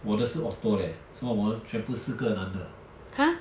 我的是 auto leh somemore 我们全部四个男的